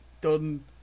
done